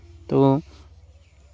ᱛᱚ